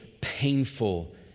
painful